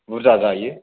बुरजा जायो